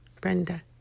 Brenda